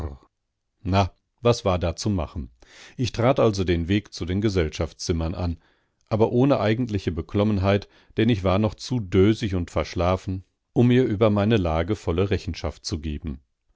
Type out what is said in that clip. na was war da zu machen ich trat also den weg zu den gesellschaftszimmern an aber ohne eigentliche beklommenheit denn ich war noch zu dösig und verschlafen um mir über meine lage volle rechenschaft zu geben